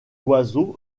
oiseau